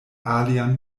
alian